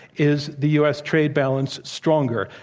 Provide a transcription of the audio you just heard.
is the u. s. trade balance stronger?